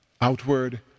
outward